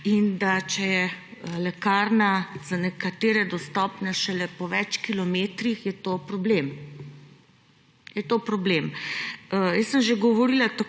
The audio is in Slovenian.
in da če je lekarna za nekatere dostopna šele po več kilometrih, je to problem. Je to problem. Jaz sem že govorila, tako